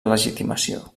legitimació